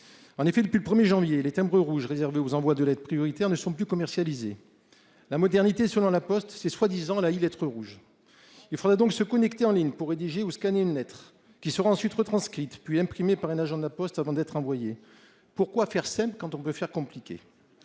En effet, depuis le 1er janvier, le timbre rouge réservé aux envoie de l'aide prioritaire ne sont plus commercialisés. La modernité selon La Poste c'est soi-disant là y'lettres rouges. Il faudra donc se connecter en ligne pour rédiger au scanner une lettre qui sera ensuite retranscrites puis imprimés par un agent de la Poste avant d'être envoyés. Pourquoi faire simple quand on peut faire compliqué.